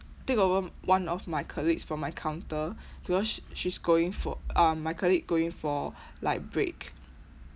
take over one of my colleagues from my counter because she's going for um my colleague going for like break